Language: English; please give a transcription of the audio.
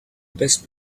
best